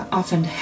often